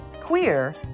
queer